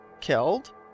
killed